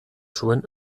zuen